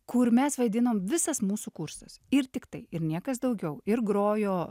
kur mes vaidinom visas mūsų kursas ir tiktai ir niekas daugiau ir grojo